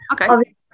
Okay